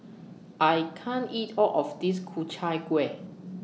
I can't eat All of This Ku Chai Kuih